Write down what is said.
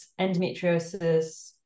endometriosis